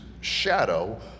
shadow